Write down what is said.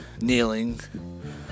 kneeling